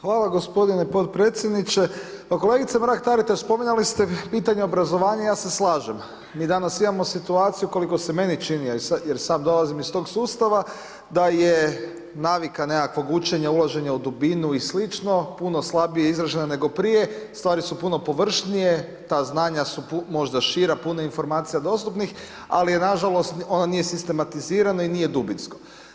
Hvala g. potpredsjedniče, kolegice Mrak Taritaš, spominjali ste pitanje obrazovanja i ja se slažem, mi danas imamo situaciju koliko se meni čini jer i sam dolazim iz tog sustava, da je navika nekakvog učenja, ulaženje u dubinu i slično, puno slabije izražena nego prije, stvari su puno površnije, ta znanja su možda šira, puno je informacija dostupnih, ali nažalost ono nije sistematizirano i nije dubinsko.